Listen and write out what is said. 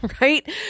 right